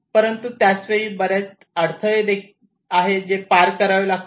परंतु त्याच वेळी बर्याच अडथळे आहेत जे पार करावे लागतील